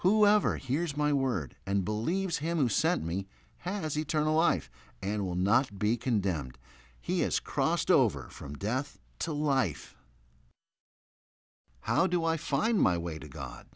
whoever hears my word and believes him who sent me has eternal life and will not be condemned he has crossed over from death to life how do i find my way to god